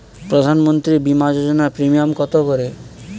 প্রধানমন্ত্রী বিমা যোজনা প্রিমিয়াম কত করে?